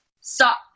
stop